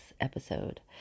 episode